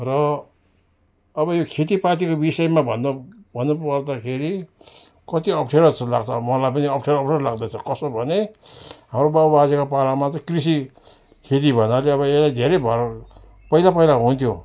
र अब यो खेतीपातीको विषयमा भन्दा भन्नु पर्दाखेरि कति अप्ठ्यारो जस्तो लाग्छ मलाई पनि अप्ठ्यारो अप्ठ्यारो लाग्दैछ कसो भने हाम्रो बाउ बाजेको पालामा चाहिँ कृषि खेती भन्नाले अब धेरै भर पहिला पहिला हुन्थ्यो